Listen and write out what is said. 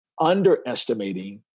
underestimating